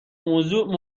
موضوع